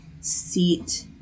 seat